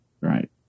Right